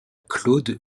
claude